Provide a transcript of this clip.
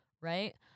right